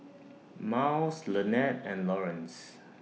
Myles Lanette and Lawrence